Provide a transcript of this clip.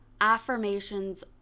affirmations